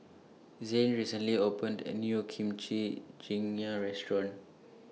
Zain recently opened A New Kimchi Jjigae Restaurant